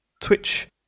Twitch